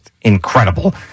incredible